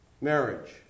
marriage